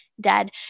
dead